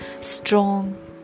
strong